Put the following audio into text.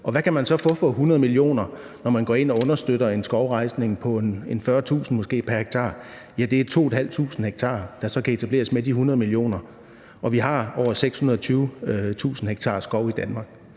Og hvad kan man så få for 100 mio. kr., når man går ind og understøtter en skovrejsning på måske 40.000 kr. pr. hektar? Ja, det er 2.500 ha, der så kan etableres med de 100 mio. kr., og vi har over 620.000 ha skov i Danmark.